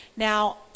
Now